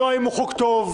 לא האם הוא חוק טוב.